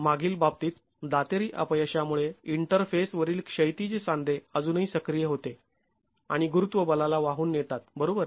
मागील बाबतीत दातेरी अपयशामुळे इंटरफेस वरील क्षैतिज सांधे अजूनही सक्रिय होते आणि गुरुत्व बलाला वाहून नेतात बरोबर